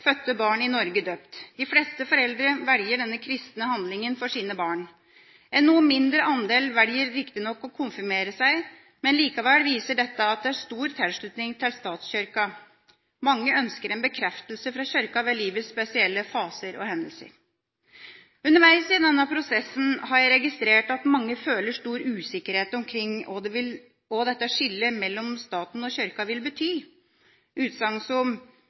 fødte barn i Norge døpt. De fleste foreldre velger denne kristne handlingen for sine barn. En noe mindre andel velger riktignok å konfirmere seg, men likevel viser dette at det er stor tilslutning til statskirken. Mange ønsker en bekreftelse fra Kirka ved livets spesielle faser og hendelser. Underveis i denne prosessen har jeg registrert at mange føler stor usikkerhet omkring hva dettet skillet mellom staten og Kirka vil bety.